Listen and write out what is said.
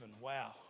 Wow